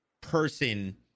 person